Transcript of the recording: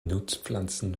nutzpflanzen